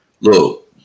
look